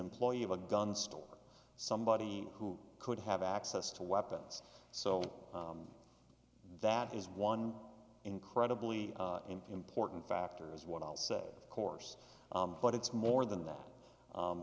employee of a gun store somebody who could have access to weapons so that is one incredibly important factor is what i'll say course but it's more than that